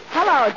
Hello